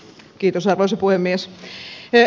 kiitos arvoisa puhemies